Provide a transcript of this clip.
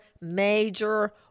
major